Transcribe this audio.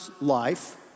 life